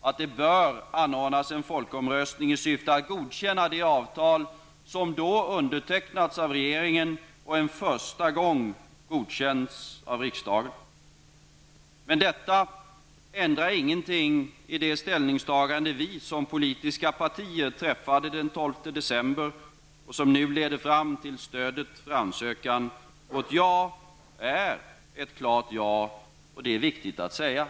att det bör anordnas en folkomröstning i syfte att godkänna det avtal som då undertecknats av regeringen och en första gång godkänts av riksdagen. Men detta ändrar ingenting i det ställningstagande som vi som politiska partier träffade den 12 december 1990 och som nu leder fram till stödet för ansökan. Vårt ''ja'' är ett klart ''ja'', och det är viktigt att säga.